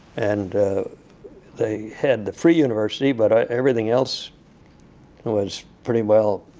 and they had the free university, but everything else was pretty well